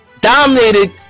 dominated